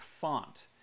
font